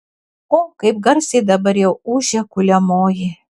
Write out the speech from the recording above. o kaip garsiai dabar jau ūžia kuliamoji